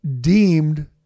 deemed